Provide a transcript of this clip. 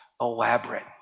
elaborate